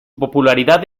popularidad